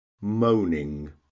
moaning